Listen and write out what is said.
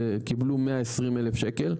קיבלו 120,000 שקלים,